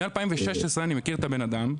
אני מ-2016 מכיר את הבן אדם,